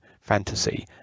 fantasy